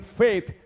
faith